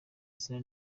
izina